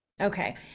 Okay